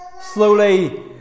Slowly